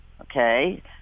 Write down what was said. okay